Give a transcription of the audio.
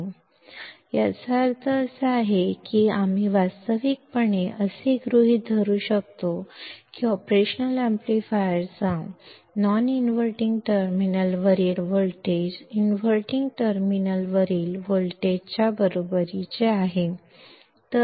ಇದರರ್ಥ ಅಪರೇಷನಲ್ ಆಂಪ್ಲಿಫೈಯರ್ನ ನಾನ್ಇನ್ವರ್ಟಿಂಗ್ ಟರ್ಮಿನಲ್ನಲ್ಲಿನ ವೋಲ್ಟೇಜ್ ಇನ್ವರ್ಟಿಂಗ್ ಟರ್ಮಿನಲ್ನಲ್ಲಿನ ವೋಲ್ಟೇಜ್ ಸಮಾನವಾಗಿರುತ್ತದೆ ಎಂದು ನಾವು ವಾಸ್ತವಿಕವಾಗಿ ಊಹಿಸಬಹುದು